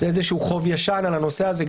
זה חוב ישן על הנושא הזה,